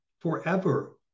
forever